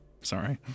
Sorry